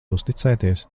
uzticēties